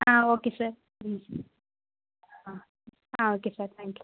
ஆ okay sir ம் ஆ ஆ ஓகே சார் தேங்க்யூ